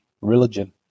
religion